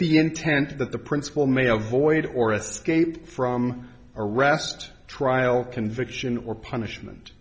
the intent that the principle may avoid or escape from arrest trial conviction or punishment